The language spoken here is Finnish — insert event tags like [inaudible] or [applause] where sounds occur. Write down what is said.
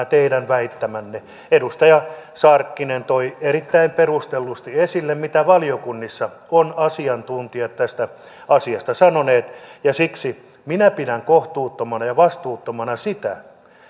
[unintelligible] teidän väittämänne edustaja sarkkinen toi erittäin perustellusti esille mitä valiokunnissa ovat asiantuntijat tästä asiasta sanoneet ja siksi minä pidän kohtuuttomana ja vastuuttomana sitä